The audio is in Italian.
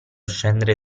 scendere